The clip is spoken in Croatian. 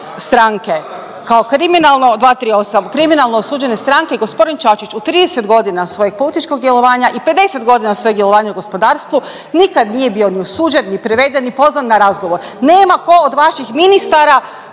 stranke, kao kriminalno 238., kriminalno osuđene stranke gospodin Čačić u 30 godina svojeg političkog djelovanja i 50 godina svojeg djelovanja u gospodarstvu nikad nije bio ni osuđen, ni priveden, ni pozvan na razgovor. Nema ko od vaših ministara,